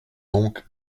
donc